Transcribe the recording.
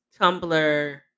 Tumblr